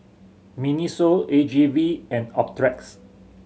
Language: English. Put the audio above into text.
MINISO A G V and Optrex